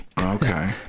Okay